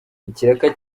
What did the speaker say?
ikiraka